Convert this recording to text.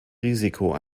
risiko